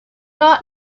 not